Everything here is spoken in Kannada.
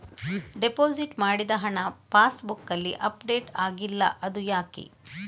ಡೆಪೋಸಿಟ್ ಮಾಡಿದ ಹಣ ಪಾಸ್ ಬುಕ್ನಲ್ಲಿ ಅಪ್ಡೇಟ್ ಆಗಿಲ್ಲ ಅದು ಯಾಕೆ?